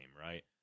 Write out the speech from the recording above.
right